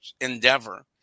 endeavor